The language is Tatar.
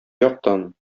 яктан